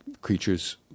creatures